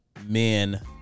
men